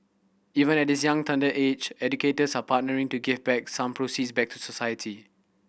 even at this young tender age educators are partnering to give back some proceeds back to society